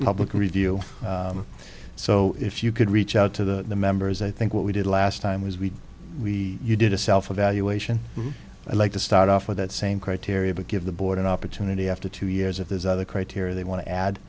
public review so if you could reach out to the members i think what we did last time was we we you did a self evaluation i like to start off with that same criteria but give the board an opportunity after two years of his other criteria they want to add